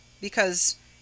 Because